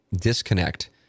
disconnect